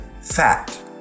fat